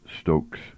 Stokes